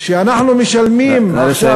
שאנחנו משלמים, נא לסיים.